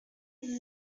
sie